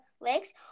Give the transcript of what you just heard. legs